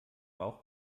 bauch